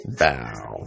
bow